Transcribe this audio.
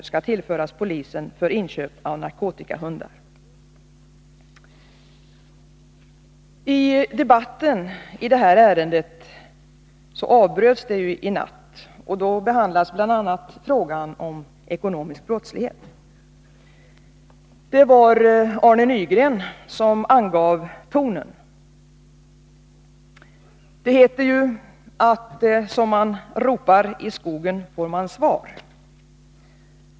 skall tillföras polisen för inköp av narkotikahundar. Debatten i det här ärendet avbröts ju i natt. Då behandlades bl.a. frågan om ekonomisk brottslighet. Det var Arne Nygren som angav tonen. Det heter att som man ropar i skogen får man svar.